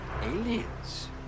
Aliens